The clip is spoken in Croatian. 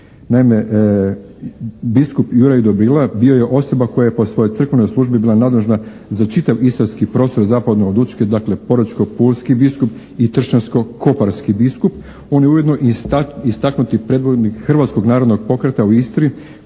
Naime, biskup Juraj Dobrila bio je osoba koja je po svojoj crkvenoj službi bila nadležna za čitav istarski prostor zapadno od Učke, dakle, Porečko-pulski biskup i Trščansko-koparski biskup. On je ujedno i istaknuti predvodnik Hrvatskog narodnog pokreta u Istri